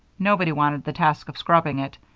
nobody wanted the task of scrubbing it.